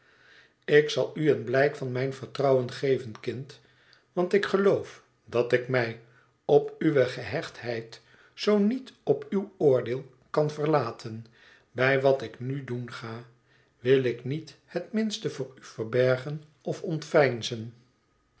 ik zal u een blijk van mijn vertrouwen geven kind want ik geloof dat ik mij op uwe gehechtheid zoo niet op uw oordeel kan verlaten bij wat ik nu doen ga wil ik niet het minste voor u verbergen of ontveinzen